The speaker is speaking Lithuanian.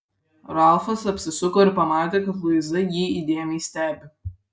ralfas apsisuko ir pamatė kad luiza jį įdėmiai stebi